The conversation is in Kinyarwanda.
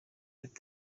ati